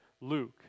Luke